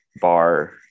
bar